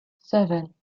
seven